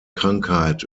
krankheit